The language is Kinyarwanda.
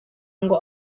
ngo